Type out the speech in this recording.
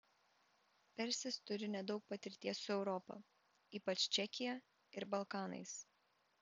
persis turi nedaug patirties su europa ypač čekija ir balkanais